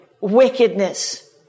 wickedness